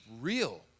real